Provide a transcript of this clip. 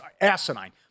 asinine